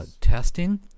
testing